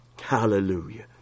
Hallelujah